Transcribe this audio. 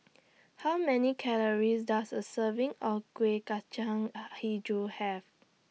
How Many Calories Does A Serving of Kueh Kacang Hijau Have